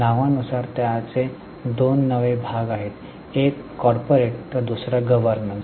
नावानुसार त्याचे दोन नावे भाग आहेत एक कॉर्पोरेट तर दुसरा गव्हर्नन्स